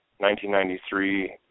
1993